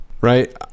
Right